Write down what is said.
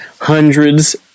hundreds